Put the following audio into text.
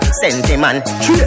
sentiment